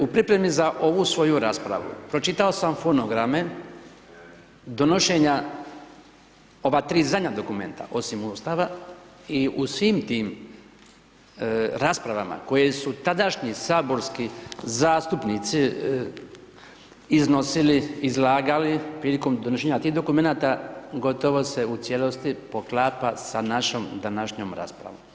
U pripremu za ovu svoju raspravu, pročitao sam fotograme, donošenja ova 3 zadnja dokumenta osim Ustava i u svim tim raspravama koje su tadašnji saborski zastupnici iznosili izlagali, prilikom donošenje tih dokumenata, gotovo se u cijelosti poklapa sa našom današnjom raspravom.